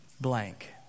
blank